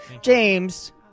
James